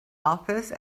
office